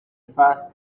fast